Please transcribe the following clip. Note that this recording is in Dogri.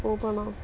ओह् पाना